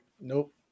Nope